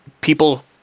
people